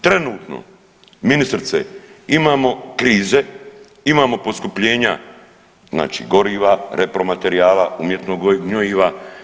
Trenutno ministrice imamo krize, imamo poskupljenja znači goriva, repromaterijala, umjetnog gnojiva.